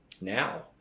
now